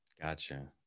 Gotcha